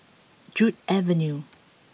Joo Avenue